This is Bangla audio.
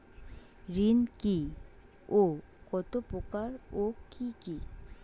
ঋণ কি ও কত প্রকার ও কি কি?